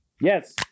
Yes